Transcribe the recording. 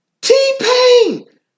T-Pain